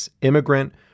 immigrant